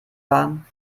waren